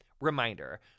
Reminder